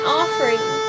offering